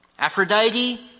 Aphrodite